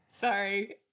Sorry